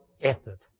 effort